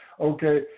Okay